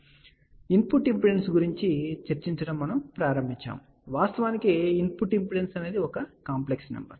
కాబట్టి input impedance గురించి చర్చించడం ప్రారంభించాము ఇది వాస్తవానికి ఒక కాంప్లెక్స్ నెంబర్